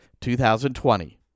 2020